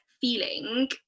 feeling